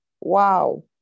Wow